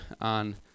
on